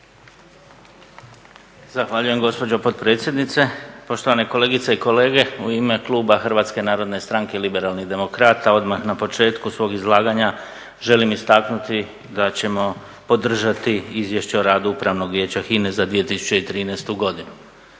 Zahvaljujem gospođo potpredsjednice. Poštovane kolegice i kolege. U ime kluba HNS-Liberalnih demokrata odmah na početku svog izlaganja želim istaknuti da ćemo podržati Izvješće o radu Upravnog vijeća HINA-e za 2013. godinu.